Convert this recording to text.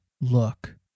look